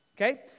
Okay